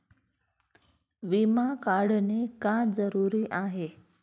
विमा काढणे का जरुरी आहे?